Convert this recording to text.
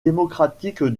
démocratique